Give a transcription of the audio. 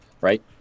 Right